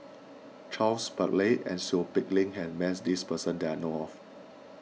Charles Paglar and Seow Peck Leng has met this person that I know of